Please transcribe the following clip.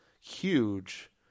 huge